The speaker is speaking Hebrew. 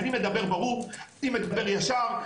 אני מדבר ברור, אני מדבר ישר.